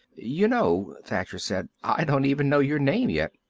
you know, thacher said, i don't even know your name, yet.